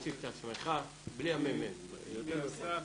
וינינגר אסף,